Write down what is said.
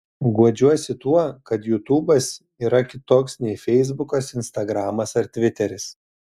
guodžiuosi tuo kad jutubas yra kitoks nei feisbukas instagramas ar tviteris